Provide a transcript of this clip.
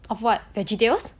of what veggietales